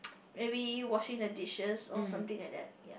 maybe washing the dishes or something like that ya